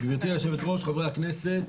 גבירתי היושבת-ראש, חברי הכנסת,